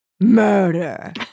murder